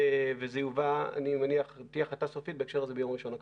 ותהיה החלטה סופית בהקשר הזה ביום ראשון הקרוב.